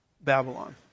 Babylon